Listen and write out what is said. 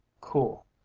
cool